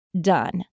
done